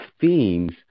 themes